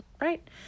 right